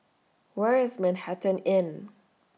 Where IS Manhattan Inn